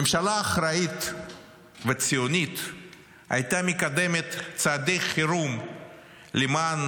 ממשלה אחראית וציונית הייתה מקדמת צעדי חירום למען